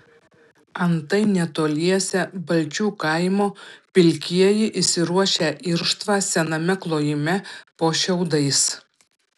antai netoliese balčių kaimo pilkieji įsiruošę irštvą sename klojime po šiaudais